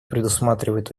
предусматривает